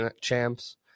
champs